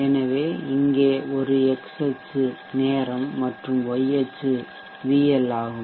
எனவே இங்கே ஒரு அச்சு x அச்சு நேரம் மற்றும் y அச்சு VL ஆகும்